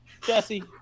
Jesse